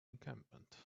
encampment